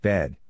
Bed